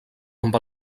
amb